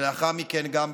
ולאחר מכן גם בכלא.